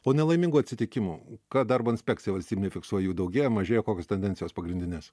o nelaimingų atsitikimų ką darbo inspekcija valstybinė fiksuoja jų daugėja mažėja kokios tendencijos pagrindinės